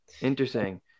Interesting